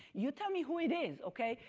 you tell me who it is, okay?